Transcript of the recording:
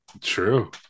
True